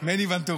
תודה רבה,